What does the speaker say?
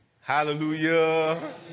hallelujah